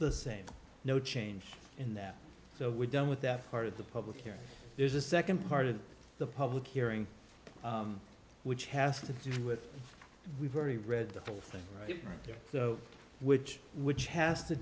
the same no change in that so we're done with that part of the public here there's a second part of the public hearing which has to do with we've already read the whole thing right there which which has to